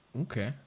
Okay